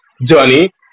journey